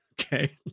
Okay